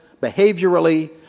behaviorally